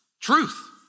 truth